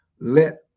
let